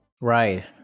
Right